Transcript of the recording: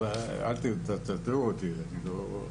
אז זו השאלה.